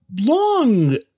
long